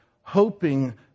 hoping